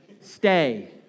stay